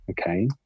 okay